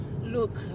Look